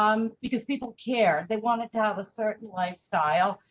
um because people care, they want it to have a certain lifestyle.